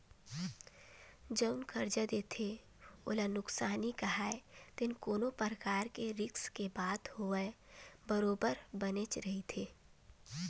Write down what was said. जउन करजा देथे ओला नुकसानी काहय ते कोनो परकार के रिस्क के बात होवय बरोबर बनेच रहिथे